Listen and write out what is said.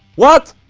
what?